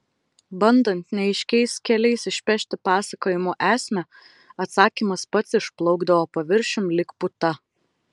bandant neaiškiais keliais išpešti pasakojimo esmę atsakymas pats išplaukdavo paviršiun lyg puta